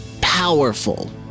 powerful